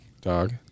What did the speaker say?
Dog